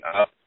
up